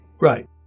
Right